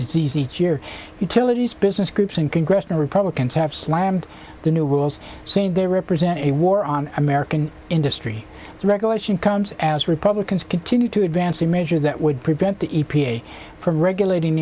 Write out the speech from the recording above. disease each year utilities business groups and congressional republicans have slammed the new rules saying they represent a war on american industry regulation comes as republicans continue to advance a measure that would prevent the e p a from regulating